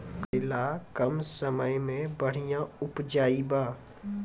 करेला कम समय मे बढ़िया उपजाई बा?